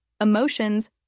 emotions